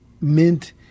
mint